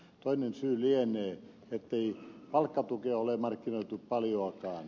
toinen syy lienee ettei palkkatukea ole markkinoitu paljoakaan